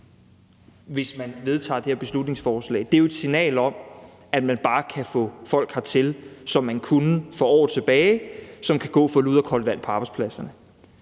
hvis man vedtager det her beslutningsforslag, er jo et signal om, at man bare kan få folk hertil, som man kunne for år tilbage, som kan gå for lud og koldt vand på arbejdspladserne.